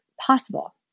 possible